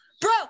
Bro